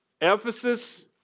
Ephesus